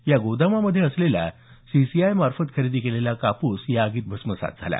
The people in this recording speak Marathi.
या गोदामामध्ये असलेला सीसीआयमार्फत खरेदी केलेला कापूस या आगीत भस्मसात झाला